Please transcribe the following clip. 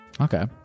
okay